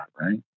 Right